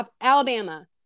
Alabama